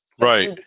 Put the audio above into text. Right